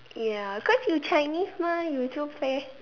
ya cause you Chinese mah you so fair